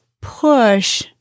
push